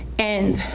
and